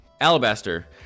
Alabaster